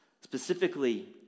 specifically